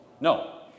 No